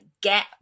get